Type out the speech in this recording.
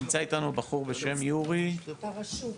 נמצא איתנו בחור בשם יורי טרשוק.